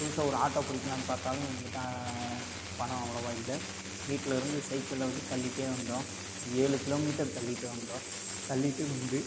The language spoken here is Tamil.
புதுசாக ஒரு ஆட்டோ பிடிக்கிலான்னு பார்த்தாலும் எங்கிட்ட பணம் அவ்வளோவா இல்லை வீட்டில இருந்து சைக்கிள்ல வச்சு தள்ளிட்டே வந்தோம் ஏழு கிலோ மீட்டர் தள்ளிட்டு வந்தோம் தள்ளிட்டு வந்து